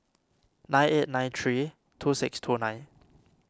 nine eight nine three two six two nine